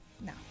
No